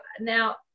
now